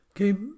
Okay